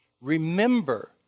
Remember